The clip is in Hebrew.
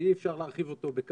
ואי אפשר להרחיב אותו בככה,